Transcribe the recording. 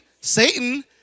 Satan